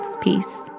Peace